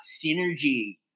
synergy